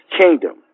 kingdom